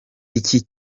igiti